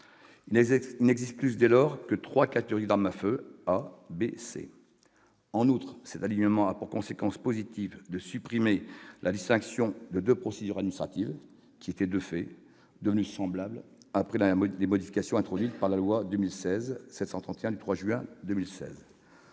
il n'existe plus que trois catégories d'armes à feu : A, B et C. En outre, cet alignement a pour conséquence positive de supprimer la distinction entre deux procédures administratives qui étaient, de fait, devenues semblables après les modifications introduites par la loi n° 2016-731 du 3 juin 2016.